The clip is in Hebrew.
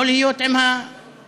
לא להיות עם העם,